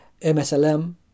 MSLM